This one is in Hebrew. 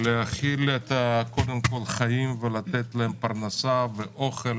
להכיל קודם כל את החיים ולתת להם פרנסה ואוכל